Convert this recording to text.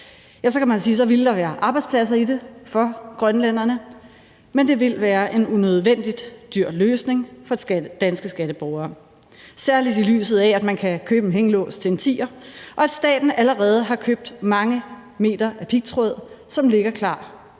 – så man kan sige, at så ville der være arbejdspladser i det for grønlænderne. Men det vil være en unødvendig dyr løsning for danske skatteborgere, særlig set i lyset af, at man kan købe en hængelås til en tier, og at staten allerede har købt mange meter af pigtråd, som ligger klar